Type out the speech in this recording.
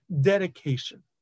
dedication